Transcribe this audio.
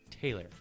Taylor